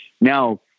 Now